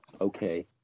Okay